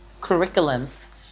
curriculums